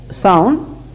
sound